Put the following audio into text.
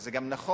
וזה גם נכון,